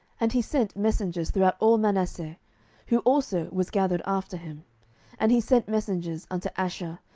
and he sent messengers throughout all manasseh who also was gathered after him and he sent messengers unto asher,